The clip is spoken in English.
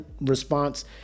response